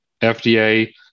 FDA